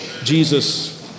Jesus